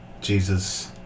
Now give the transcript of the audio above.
Jesus